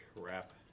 Crap